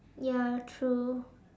ya true